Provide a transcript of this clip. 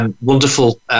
wonderful